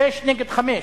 שישה נגד חמישה,